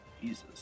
Jesus